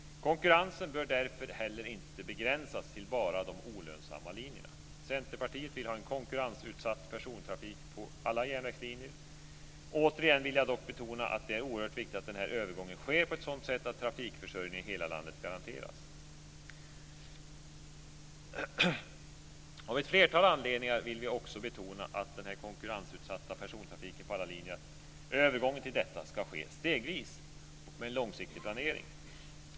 Konkurrensen bör därför heller inte begränsas till bara de olönsamma linjerna. Centerpartiet vill ha en konkurrensutsatt persontrafik på alla järnvägslinjer. Återigen vill jag dock betona att det är oerhört viktigt att denna övergång sker på ett sådant sätt att trafikförsörjningen i hela landet garanteras. Av ett flertal anledningar vill vi också betona att övergången till denna konkurrensutsatta persontrafik på alla linjer ska ske stegvis och med en långsiktig planering.